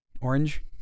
Orange